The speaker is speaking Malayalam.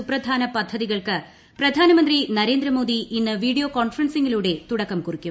സുപ്രധാന പദ്ധതികൾക്ക് പ്രിധ്യാന്ത്രി നരേന്ദ്രമോദി ഇന്ന് വീഡിയോ കോൺഫറൻസ്ടിങ്ങിലൂടെ തുടക്കം കുറിക്കും